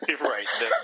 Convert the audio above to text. right